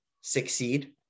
succeed